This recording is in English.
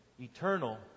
eternal